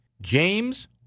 James